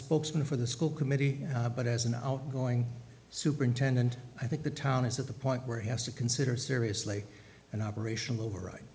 spokesman for the school committee but as an outgoing superintendent i think the town is at the point where he has to consider seriously an operation the right